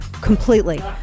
completely